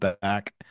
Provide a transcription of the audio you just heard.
back